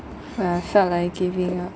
when I felt like giving up